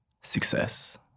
Success